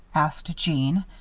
asked jeanne,